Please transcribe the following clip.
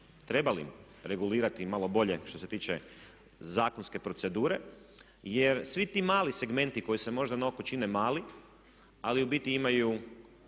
trebali regulirati i malo bolje što se tiče zakonske procedure. Jer svi ti mali segmenti koji se možda na oko čine mali, ali u biti imaju